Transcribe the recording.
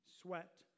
Sweat